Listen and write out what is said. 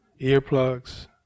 earplugs